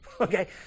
okay